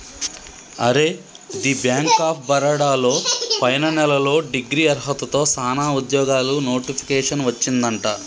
అరే the Bank of Baroda లో పైన నెలలో డిగ్రీ అర్హతతో సానా ఉద్యోగాలు నోటిఫికేషన్ వచ్చిందట